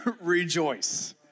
rejoice